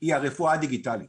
היא הרפואה הדיגיטלית